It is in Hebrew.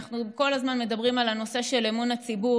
אנחנו כל הזמן מדברים על הנושא של אמון הציבור.